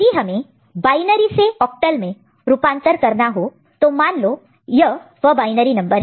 यदि हमें बायनरी से ऑक्टल में बायनरी कन्वर्जन conversion करना हो तो मान लो यह वह बायनरी नंबर है